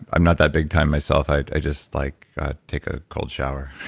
i'm not that big time myself. i i just like take a cold shower